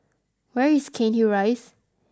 where is Cairnhill Rise